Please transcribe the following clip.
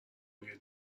روی